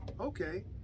Okay